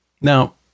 now